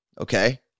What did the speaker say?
Okay